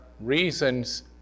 reasons